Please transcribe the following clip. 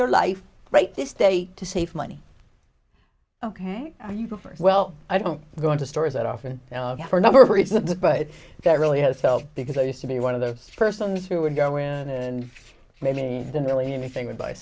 your life right this day to save money ok when you go for well i don't go into stores that often for a number of reasons but that really has helped because i used to be one of those persons who would go in and many of them really anything would buy